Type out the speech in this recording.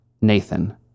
Nathan